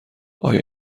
آیا